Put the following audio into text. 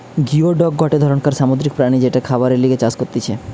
geoduck গটে ধরণকার সামুদ্রিক প্রাণী যেটা খাবারের লিগে চাষ করতিছে